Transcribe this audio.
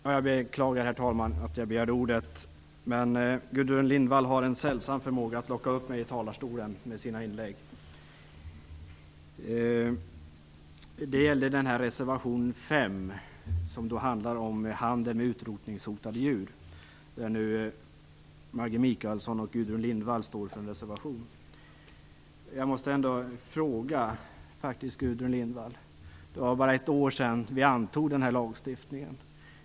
Herr talman! Jag beklagar att jag begärde ordet, men Gudrun Lindvall har en sällsam förmåga att locka upp mig i talarstolen med sina inlägg. Det gällde reservation 5, som handlar om handel med utrotningshotade djur. Det är Maggi Mikaelsson och Gudrun Lindvall som står för den. Jag har då en fråga till Gudrun Lindvall. Det är bara ett år sedan vi antog den här lagstiftningen.